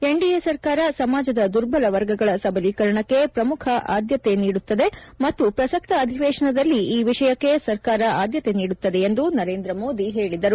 NDA ಸರ್ಕಾರ ಸಮಾಜದ ದುರ್ಬಲ ವರ್ಗಗಳ ಸಬಲೀಕರಣಕ್ಕೆ ಆದ್ಲತೆ ನೀಡುತ್ತದೆ ಮತ್ತು ಪ್ರಸಕ್ತ ಅಧಿವೇಶನದಲ್ಲಿ ಈ ವಿಷಯಕ್ಕೆ ಸರ್ಕಾರ ಆದ್ನತೆ ನೀಡುತ್ತದೆ ಎಂದು ನರೇಂದ್ರ ಮೋದಿ ಹೇಳಿದರು